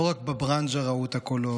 / לא רק בברנז'ה ראו את הקולות,